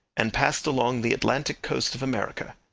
and passed along the atlantic coast of america.